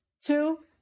Two